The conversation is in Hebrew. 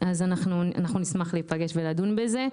אנחנו נשמח להפגש ולדון בזה.